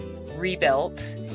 Rebuilt